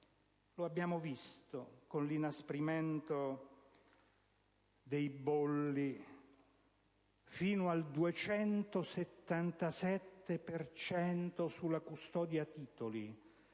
Lo abbiamo visto con l'inasprimento dei bolli fino al 277 per cento sulla custodia titoli,